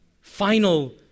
final